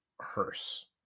hearse